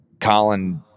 colin